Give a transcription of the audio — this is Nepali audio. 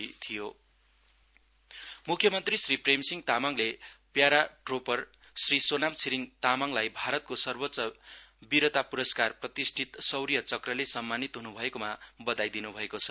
सीएम कङग्रेच्यूलेट सोनाम छिरिङ मुख्यमन्त्री श्री प्रेमसिंह तामाङले प्याराट्रोपर श्री सेनाम छिरिङ तामाङलाई भारतको सर्वोच्च वीरता पूरस्कार प्रतिष्ठित शौर्य चक्रले सम्मानित हुनुभएकोमा बधाई दिनुभएको छ